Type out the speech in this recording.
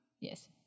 Yes